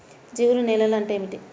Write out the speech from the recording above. జిగురు నేలలు అంటే ఏమిటీ?